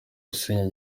gusenya